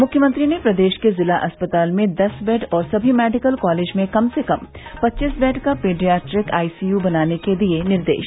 मुख्यमंत्री ने प्रदेश के जिला अस्पतालों में दस बेड और सभी मेडिकल कॉलेज में कम से कम पच्चीस बेड का पीडियाट्रिक आईसीयू बनाने के दिये निर्देश